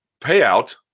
payout